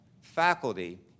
faculty